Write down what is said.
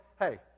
Hey